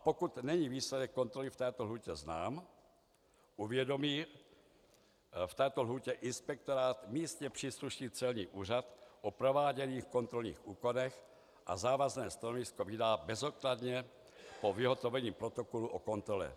Pokud není výsledek kontroly v této lhůtě znám, uvědomí v této lhůtě inspektorát místně příslušný celní úřad o prováděných kontrolních úklonech a závazné stanovisko vydá bezodkladně po vyhotovení protokolu o kontrole.